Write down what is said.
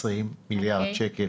20 מיליארד שקל.